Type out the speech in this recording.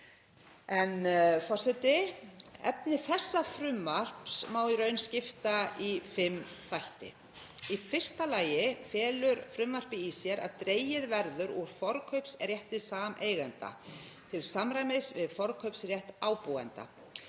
Frú forseti. Efni þessa frumvarps má í raun skipta í fimm þætti: Í fyrsta lagi felur frumvarpið í sér að dregið verði úr forkaupsrétti sameigenda, til samræmis við forkaupsrétt ábúenda.